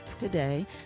today